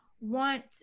want